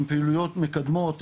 עם פעילויות מקדמות,